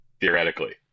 Theoretically